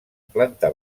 planta